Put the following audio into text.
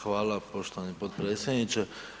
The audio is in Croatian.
Hvala poštovani potpredsjedniče.